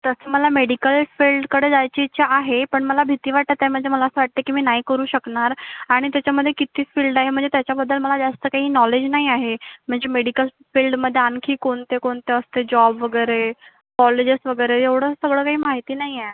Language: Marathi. तसं मला मेडिकल फील्डकडे जायची इच्छा आहे पण मला भीती वाटतं आहे म्हणजे मला असं वाटत आहे की मी नाही करू शकनार आणि त्याच्यामध्ये किती फील्ड आहे म्हणजे त्याच्याबद्दल मला जास्त काही नॉलेज नाही आहे म्हणजे मेडिकल फील्डमध्ये आनखी कोणते कोणते असते जॉब वगैरे कॉलेजेस वगैरे एवढं सगळं काही माहिती नाही आहे